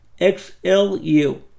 XLU